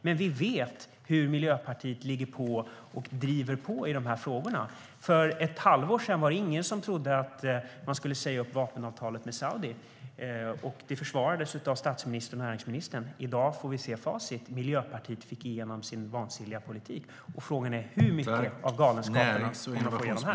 Men vi vet hur Miljöpartiet ligger på och driver på i frågorna. För ett halvår sedan var det ingen som trodde att man skulle säga upp vapenavtalet med Saudi. Det försvarades av statsministern och näringsministern. I dag får vi se facit: Miljöpartiet fick igenom sin vansinniga politik. Frågan är hur mycket av galenskaperna de kommer att få igenom här.